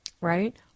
right